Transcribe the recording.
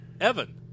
Evan